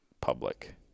public